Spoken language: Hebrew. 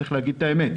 צריך להגיד את האמת,